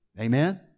Amen